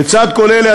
לצד כל אלה,